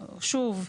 שוב,